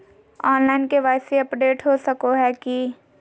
Online KYC update हो सको है की?